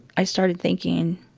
i started thinking,